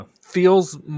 feels